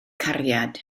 cariad